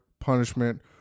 punishment